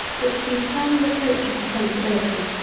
that to the eternal reproach of her sensibility,